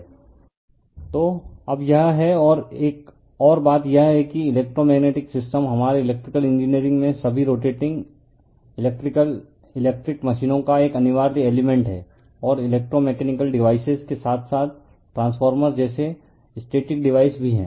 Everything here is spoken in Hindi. रिफर स्लाइड टाइम 0113 तो अब यह है और एक और बात यह है कि इलेक्ट्रोमेग्नेटिक सिस्टम हमारे इलेक्ट्रिकल इंजीनियरिंग में सभी रोटेटिंग इलेक्ट्रिकल इलेक्ट्रिक मशीनों का एक अनिवार्य एलिमेंट है और इलेक्ट्रो मैकेनिकल डीवाइसेस के साथ साथ ट्रांसफॉर्मर जैसे स्टेटिक डिवाइस भी हैं